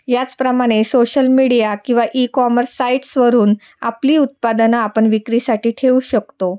याचप्रमाणे social media किंवा ecommerce साईट्सवरून आपली उत्पादनं आपण विक्रीसाठी ठेवू शकतो